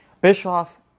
Bischoff